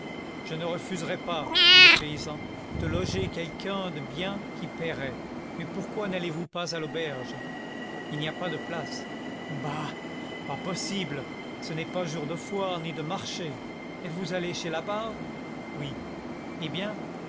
je ne refuserais pas dit le paysan de loger quelqu'un de bien qui payerait mais pourquoi n'allez-vous pas à l'auberge il n'y a pas de place bah pas possible ce n'est pas jour de foire ni de marché êtes-vous allé chez labarre oui eh bien